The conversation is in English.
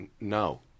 No